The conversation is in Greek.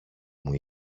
μου